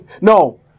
No